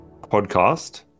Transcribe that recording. podcast